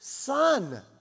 Son